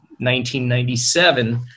1997